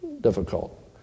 difficult